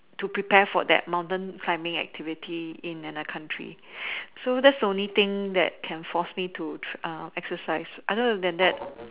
to prepare for that mountain climbing activity in another country so that's the only thing that can force me to tr~ err exercise other than that